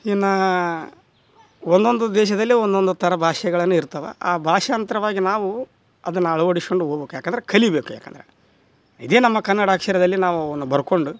ಇನ್ನು ಒಂದೊಂದು ದೇಶದಲ್ಲಿ ಒಂದೊಂದು ಥರ ಭಾಷೆಗಳನ್ನು ಇರ್ತವೆ ಆ ಭಾಷಾಂತರವಾಗಿ ನಾವು ಅದನ್ನು ಅಳವಡಿಸ್ಕೊಂಡು ಹೋಗ್ಬಕು ಯಾಕಂದ್ರೆ ಕಲಿಯಬೇಕು ಯಾಕಂದ್ರೆ ಇದೇ ನಮ್ಮ ಕನ್ನಡ ಅಕ್ಷರದಲ್ಲಿ ನಾವು ಅವನ್ನ ಬರ್ಕೊಂಡು